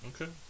okay